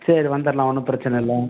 சரி வந்துடலாம் ஒன்றும் பிரச்சனை இல்லை